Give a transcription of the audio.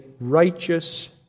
righteous